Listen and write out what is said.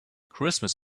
christmas